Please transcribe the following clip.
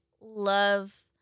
love